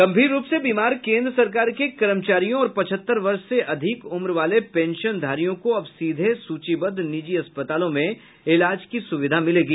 गम्भीर रूप से बीमार केन्द्र सरकार के कर्मचारियों और पचहत्तर वर्ष से अधिक उम्र वाले पेंशनधारियों को अब सीधे सूचीबद्ध निजी अस्पतालों में इलाज की सूविधा मिलेगी